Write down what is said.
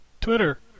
Twitter